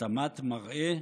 התאמת מראה?